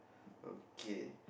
okay